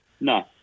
No